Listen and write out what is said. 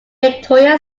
victoria